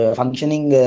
functioning